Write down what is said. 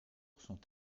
sont